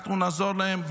אנחנו נעזור להם.